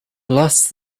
lost